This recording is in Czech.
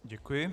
Děkuji.